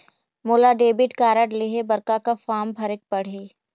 मोला debit card लेहे बर का का फार्म भरेक पड़ही?